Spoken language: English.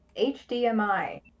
HDMI